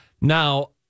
Now